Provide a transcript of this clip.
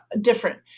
different